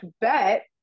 bet